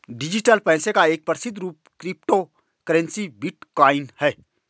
digital पैसे का एक प्रसिद्ध रूप क्रिप्टो करेंसी बिटकॉइन है